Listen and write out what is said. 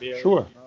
Sure